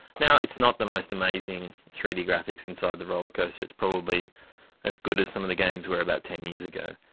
it's not the most amazing three d graphics inside the rollercoaster, it's probably as good as some of the games were about ten years ago,